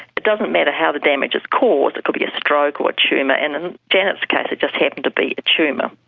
it doesn't matter how the damage is caused, it could be a stroke or a tumour, and in janet's case it just happened to be a tumour.